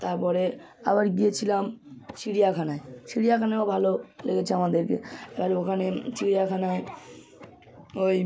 তার পরে আবার গিয়েছিলাম চিড়িয়াখানায় চিড়িয়াখানায়ও ভালো লেগেছে আমাদেরকে কারণ ওখানে চিড়িয়াখানায় ওই